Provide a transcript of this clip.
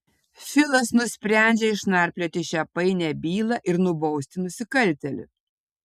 filas nusprendžia išnarplioti šią painią bylą ir nubausti nusikaltėlį